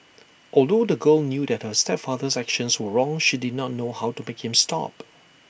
although the girl knew that her stepfather's actions were wrong she did not know how to make him stop